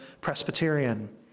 Presbyterian